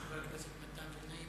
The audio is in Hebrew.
חבר הכנסת מתן וילנאי.